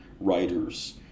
Writers